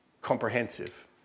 comprehensive